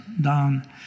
down